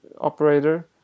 operator